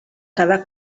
quedar